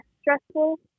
stressful